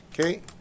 Okay